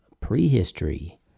Prehistory